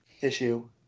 issue